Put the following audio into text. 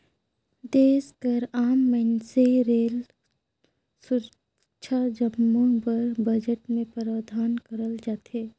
देस कर आम मइनसे रेल, सुरक्छा जम्मो बर बजट में प्रावधान करल जाथे